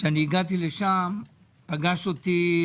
כשאני הגעתי לשם פגש אותי,